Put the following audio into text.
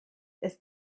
ist